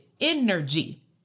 energy